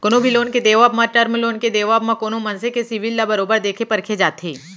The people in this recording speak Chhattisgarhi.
कोनो भी लोन के देवब म, टर्म लोन के देवब म कोनो मनसे के सिविल ल बरोबर देखे परखे जाथे